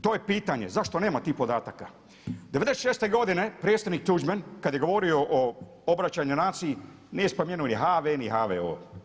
To je pitanje zašto nema tih podataka. '96. godine predsjednik Tuđman kada je govorio o obraćanju naciji nije spominjao ni HV ni HVO.